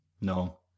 No